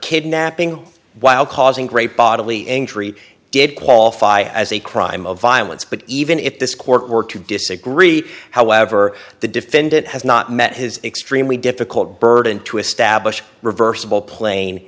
kidnapping while causing great bodily injury did qualify as a crime of violence but even if this court were to disagree however the defendant has not met his extremely difficult burden to establish reversible pla